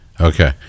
Okay